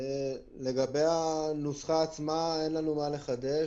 לגבי הנוסחה עצמה אין לנו מה לחדש.